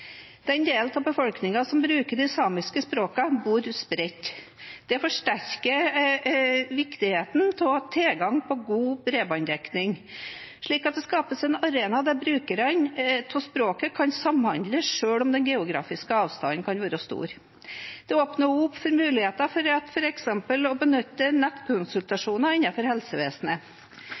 Den delen av befolkningen som bruker de samiske språkene, bor spredt. Det forsterker viktigheten av tilgang på god bredbåndsdekning, slik at det skapes en arena der brukerne av språkene kan samhandle selv om den geografiske avstanden kan være stor. Det åpner også opp muligheten for at de f.eks. kan benytte seg av nettkonsultasjoner innenfor helsevesenet.